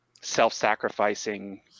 self-sacrificing